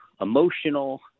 emotional